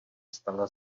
stala